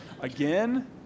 again